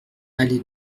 allée